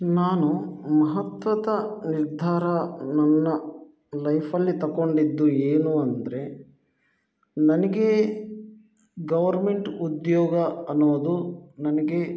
ನಾನು ಮಹತ್ವದ ನಿರ್ಧಾರ ನನ್ನ ಲೈಫಲ್ಲಿ ತಗೊಂಡಿದ್ದು ಏನು ಅಂದರೆ ನನ್ಗೆ ಗೋರ್ಮೆಂಟ್ ಉದ್ಯೋಗ ಅನ್ನೋದು ನನಗೆ